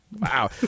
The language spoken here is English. Wow